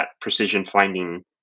precision-finding